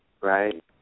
Right